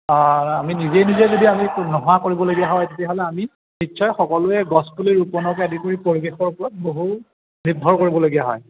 আমি নিজে নিজে যদি আমি নোহোৱা কৰিবলগীয়া হয় তেতিয়াহ'লে আমি নিশ্চয় সকলোৱে গছপুলি ৰূপনকে আদি কৰি পৰিৱেশৰ ওপৰত বহু নিৰ্ভৰ কৰিবলগীয়া হয়